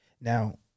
Now